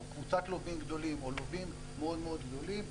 או קבוצה לווים גדולים או לווים מאוד מאוד גדולים,